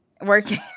Working